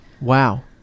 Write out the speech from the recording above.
Wow